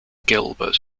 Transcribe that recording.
gilbert